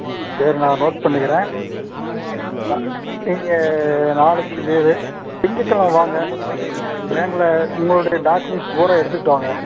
ம் சரி நான் நோட் பண்ணிக்கிறேன் நான் நீங்கள் நாளைக்கு லீவு திங்கக்கிழம வாங்க பேங்குல உங்களுடைய டாக்குமென்ட்ஸ் பூராம் எடுத்துகிட்டு வாங்க